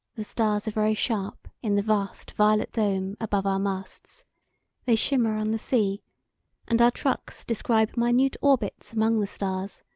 the stars are very sharp in the vast violet dome above our masts they shimmer on the sea and our trucks describe minute orbits among the stars,